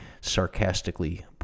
sarcastically